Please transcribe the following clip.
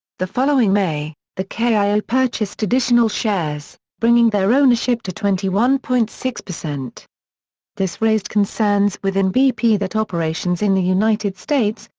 the following may, the kio purchased additional shares, bringing their ownership to twenty one point six. this raised concerns within bp that operations in the united states,